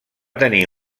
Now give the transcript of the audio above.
tenir